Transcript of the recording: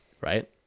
right